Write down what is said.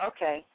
Okay